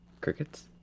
Crickets